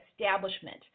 establishment